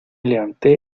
levanté